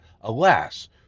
Alas